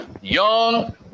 Young